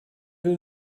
will